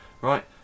Right